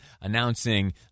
announcing